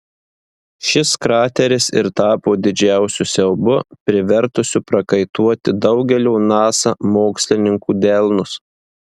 šis krateris ir tapo didžiausiu siaubu privertusiu prakaituoti daugelio nasa mokslininkų delnus